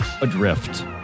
Adrift